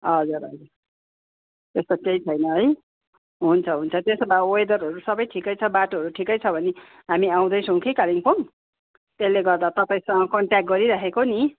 हजुर हजुर त्यस्तो केही छैन है हुन्छ हुन्छ त्यसो भए वेदरहरू सबै ठिकै छ बाटोहरू ठिकै छ भने हामी आउँदैछौँ कि कालिम्पोङ त्यसले गर्दा तपाईँसँग कन्ट्याक गरिराखेको नि